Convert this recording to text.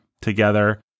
together